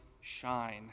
shine